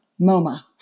MoMA